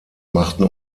machten